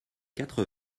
quatre